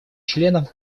членам